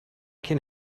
can